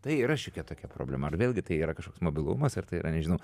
tai yra šiokia tokia problema ar vėlgi tai yra kažkoks mobilumas ar tai yra nežinau